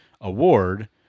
award